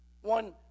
One